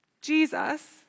Jesus